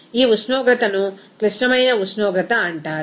ఈ ఉష్ణోగ్రతను క్లిష్టమైన ఉష్ణోగ్రత అంటారు